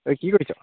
অই কি কৰিছ'